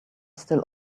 still